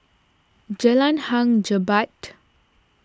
Jalan Hang Jebat